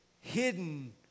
hidden